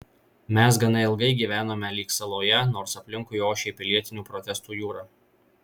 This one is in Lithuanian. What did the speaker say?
mes gana ilgai gyvenome lyg saloje nors aplinkui ošė pilietinių protestų jūra